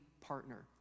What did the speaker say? partner